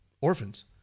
orphans